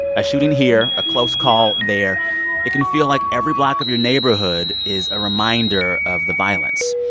a shooting here, a close call there it can feel like every block of your neighborhood is a reminder of the violence.